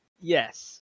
yes